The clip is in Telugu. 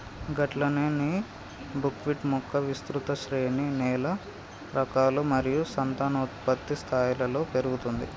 గట్లనే నీ బుక్విట్ మొక్క విస్తృత శ్రేణి నేల రకాలు మరియు సంతానోత్పత్తి స్థాయిలలో పెరుగుతుంది